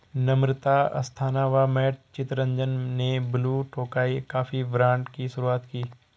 नम्रता अस्थाना व मैट चितरंजन ने Blue Tokai coffee brand की शुरुआत की